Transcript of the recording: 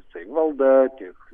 savivalda tiek